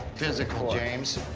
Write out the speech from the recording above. physical, james?